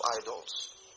idols